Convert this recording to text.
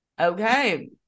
Okay